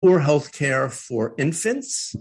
or health care for infants.